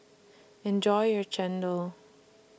Enjoy your Chendol